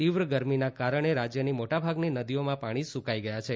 તીવ્ર ગરમીના કારણે રાજ્યની મોટાભાગની નદીઓમાં પાણી સુકાઇ ગયાં છે